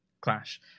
Clash